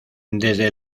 desde